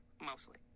mostly